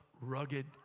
rugged